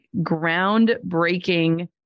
groundbreaking